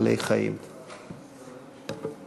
החינוך, התרבות והספורט נתקבלה.